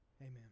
Amen